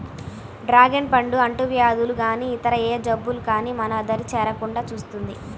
dragon పండు అంటువ్యాధులు గానీ ఇతర ఏ జబ్బులు గానీ మన దరి చేరకుండా చూస్తుంది